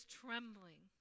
trembling